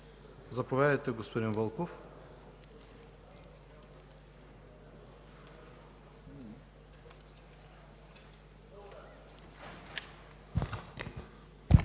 Заповядайте, господин Вълков.